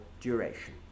duration